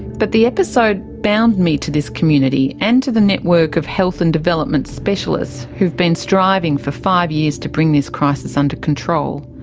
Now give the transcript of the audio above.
but the episode bound me to this community and to the network of health and development specialists who have been striving for five years to bring this crisis under control.